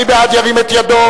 מי בעד, ירים את ידו.